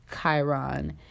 Chiron